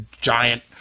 giant